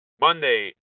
Monday